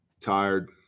tired